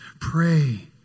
Pray